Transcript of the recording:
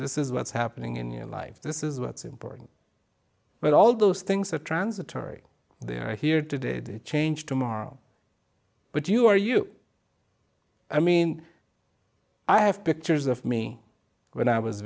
this is what's happening in your life this is what's important right all those things are transitory there are here today to change tomorrow but you are you i mean i have pictures of me when i was